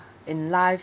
in life